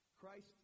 Christ